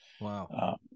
Wow